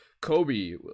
kobe